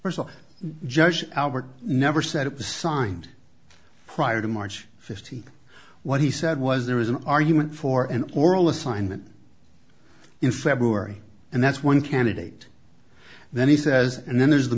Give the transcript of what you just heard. there's a judge albert never said it was signed prior to march fifteenth what he said was there was an argument for an oral assignment in february and that's one candidate then he says and then there's the